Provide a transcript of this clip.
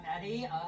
Eddie